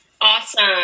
Awesome